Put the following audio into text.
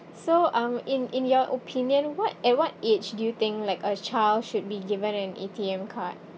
so um in in your opinion what at what age do you think like a child should be given an A_T_M card